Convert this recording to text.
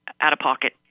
out-of-pocket